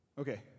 Okay